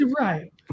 Right